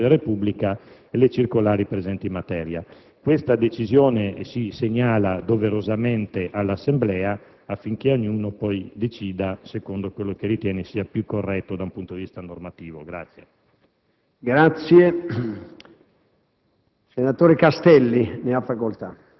con il rispetto di tutte le normative (il decreto del Presidente della Repubblica e le circolari presenti in materia). Questa decisione si segnala doverosamente all'Assemblea affinché poi ognuno decida secondo quello che ritiene sia più corretto dal punto di vista normativo.